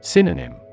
Synonym